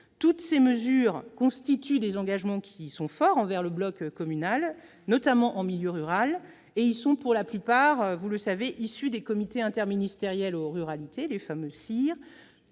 faux ! Ces mesures constituent des engagements forts envers le bloc communal, notamment en milieu rural. Elles sont pour la plupart issues des travaux des comités interministériels aux ruralités, les fameux CIR,